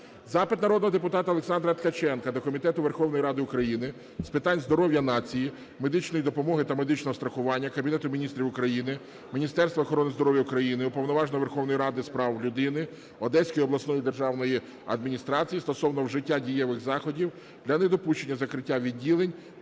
Запит народного депутата Олександра Ткаченка до Комітету Верховної Ради України з питань здоров'я нації, медичної допомоги та медичного страхування, Кабінету Міністрів України, Міністерства охорони здоров'я України, Уповноваженого Верховної Ради з прав людини, Одеської обласної державної адміністрації стосовно вжиття дієвих заходів для недопущення закриття відділень